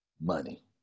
money